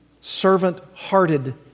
servant-hearted